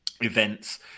events